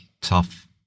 tough